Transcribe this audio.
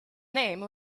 name